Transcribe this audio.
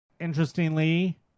interestingly